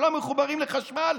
שלא מחוברים לחשמל,